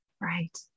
Right